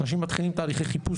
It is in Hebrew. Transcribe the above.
אנשים מתחילים תהליכי חיפוש,